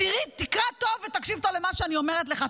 תקרא טוב ותקשיב טוב למה שאני אומרת לך,